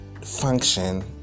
function